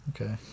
Okay